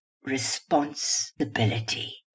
responsibility